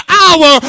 hour